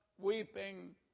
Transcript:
weeping